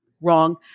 wrong